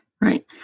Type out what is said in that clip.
Right